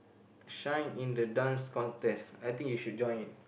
shine in the Dance Contest I think you should join it